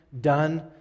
done